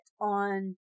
on